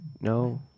no